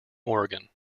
oregon